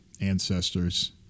ancestors